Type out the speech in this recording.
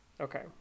Okay